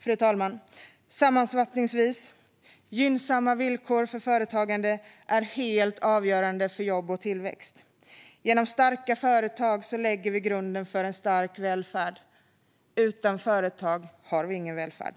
Fru talman! Sammanfattningsvis är gynnsamma villkor för företagande helt avgörande för jobb och tillväxt. Genom starka företag lägger vi grunden för en stark välfärd. Utan företag har vi ingen välfärd.